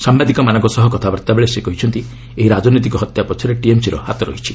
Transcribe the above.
ସାମ୍ବାଦିକମାନଙ୍କ ସହ କଥାବାର୍ତ୍ତା ବେଳେ ସେ କହିଛନ୍ତି ଏହି ରାଜନୈତିକ ହତ୍ୟା ପଛରେ ଟିଏମ୍ସି ର ହାତ ରହିଛି